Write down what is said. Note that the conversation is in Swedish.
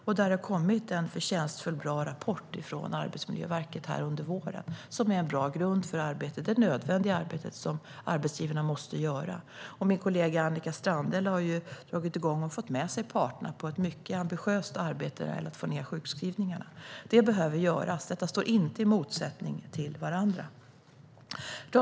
Det har kommit en förtjänstfull rapport från Arbetsmiljöverket under våren. Denna rapport är en bra grund för det nödvändiga arbete som arbetsgivarna måste göra. Min kollega Annika Strandhäll har dragit igång och fått med sig parterna på ett mycket ambitiöst arbete för att få ned sjukskrivningarna. Detta behöver göras, och det finns ingen inbördes motsättning här. Herr talman!